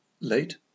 late